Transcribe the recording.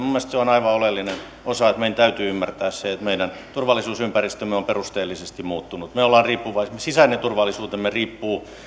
mielestäni se on aivan oleellinen osa meidän täytyy ymmärtää se että meidän turvallisuusympäristömme on perusteellisesti muuttunut sisäinen turvallisuutemme riippuu